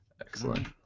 Excellent